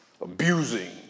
abusing